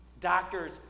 Doctors